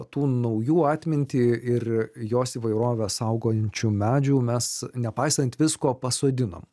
tų naujų atmintį ir jos įvairovės saugančių medžių mes nepaisant visko pasodinom